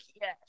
yes